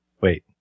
wait